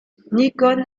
nikon